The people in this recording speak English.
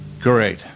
Great